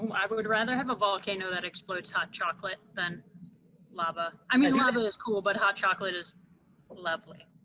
um i but would rather have a volcano that explodes hot chocolate than lava. i mean and lava is cool, but hot chocolate is lovely.